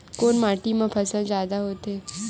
कोन माटी मा फसल जादा होथे?